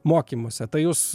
mokymuose tai jūs